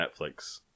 Netflix